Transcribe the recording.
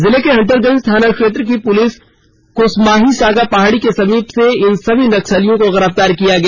जिले के हंटरगंज थाना क्षेत्र की पुलिस कोसमाही सागा पहाड़ी के समीप से इन सभी नक्सलियों को गिरफ्तार किया गया